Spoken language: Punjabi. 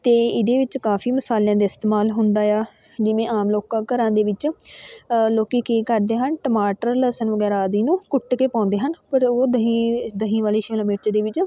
ਅਤੇ ਇਹਦੇ ਵਿੱਚ ਕਾਫੀ ਮਸਾਲਿਆਂ ਦਾ ਇਸਤੇਮਾਲ ਹੁੰਦਾ ਆ ਜਿਵੇਂ ਆਮ ਲੋਕਾਂ ਘਰਾਂ ਦੇ ਵਿੱਚ ਲੋਕ ਕੀ ਕਰਦੇ ਹਨ ਟਮਾਟਰ ਲਸਣ ਵਗੈਰਾ ਆਦੀ ਨੂੰ ਕੁੱਟ ਕੇ ਪਾਉਂਦੇ ਹਨ ਪਰ ਉਹ ਦਹੀਂ ਦਹੀਂ ਵਾਲੇ ਸ਼ਿਮਲਾ ਮਿਰਚ ਦੇ ਵਿੱਚ